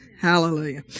Hallelujah